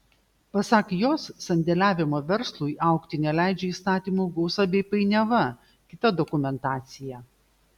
pasak jos sandėliavimo verslui augti neleidžia įstatymų gausa bei painiava kita dokumentacija